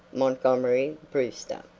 montgomery brewster.